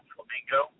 Flamingo